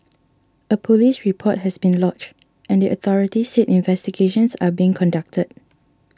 a police report has been lodged and the authorities said investigations are being conducted